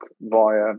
via